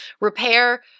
repair